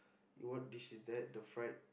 what dish is that the fried